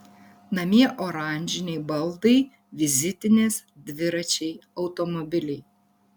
namie oranžiniai baldai vizitinės dviračiai automobiliai